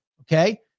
Okay